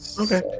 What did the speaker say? Okay